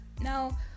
Now